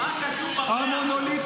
מה קשור עכשיו נחום ברנע?